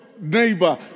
neighbor